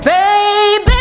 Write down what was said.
Baby